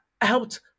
helped